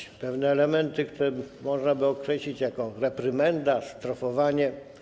Chodzi o pewne elementy, które można by określić jako reprymendę, strofowanie.